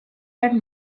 and